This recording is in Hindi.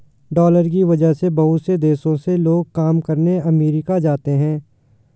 डालर की वजह से बहुत से देशों से लोग काम करने अमरीका जाते हैं